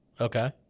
Okay